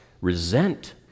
resent